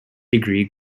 degree